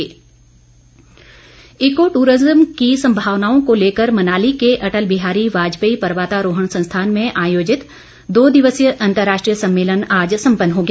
सम्मेलन eco tourism की संभावनाओं को लेकर मनाली के अटल बिहारी वाजपेयी पर्वतारोहण संस्थान में आयोजित दो दिवसीय अंतर्राष्ट्रीय सम्मेलन आज सम्पन्न हो गया